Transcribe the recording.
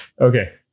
okay